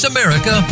America